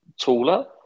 Taller